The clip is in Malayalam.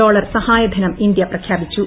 ഡോളർ സഹായധനം ഇന്തൃ പ്രഖ്യാപിച്ചു